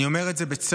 אני אומר את זה בצער,